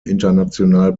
international